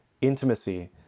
intimacy